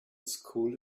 school